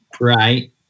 right